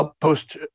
post